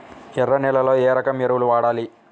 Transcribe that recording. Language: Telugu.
ఎర్ర నేలలో ఏ రకం ఎరువులు వాడాలి?